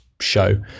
show